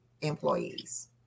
employees